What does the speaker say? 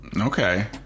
Okay